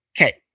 Okay